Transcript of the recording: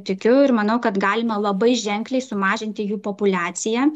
tikiu ir manau kad galima labai ženkliai sumažinti jų populiaciją